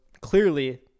clearly